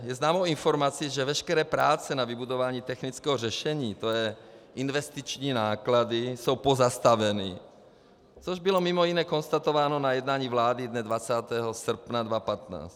Je známou informací, že veškeré práce na vybudování technického řešení, to je investiční náklady, jsou pozastaveny, což bylo mimo jiné konstatováno na jednání vlády dne 20. srpna 2015.